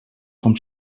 com